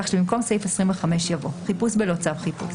כך שבמקום סעיף 25 יבוא: 25".חיפוש בלא צו חיפוש